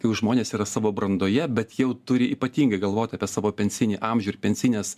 jau žmonės yra savo brandoje bet jau turi ypatingai galvot apie savo pensinį amžių ir pensijines